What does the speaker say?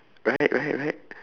right right right